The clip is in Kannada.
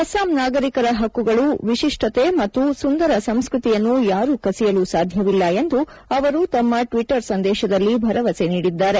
ಅಸ್ಟಾಂ ನಾಗರಿಕರ ಹಕ್ಕುಗಳು ವಿಶಿಷ್ಟತೆ ಮತ್ತು ಸುಂದರ ಸಂಸ್ಕ್ಸತಿಯನ್ನು ಯಾರೂ ಕಸಿಯಲು ಸಾಧ್ಯವಿಲ್ಲ ಎಂದು ಅವರು ತಮ್ಮ ಟ್ವಿಟ್ಚರ್ ಸಂದೇಶದಲ್ಲಿ ಭರವಸೆ ನೀಡಿದ್ದಾರೆ